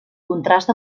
contrast